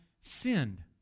sinned